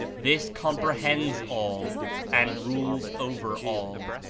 this comprehends all and rules over all.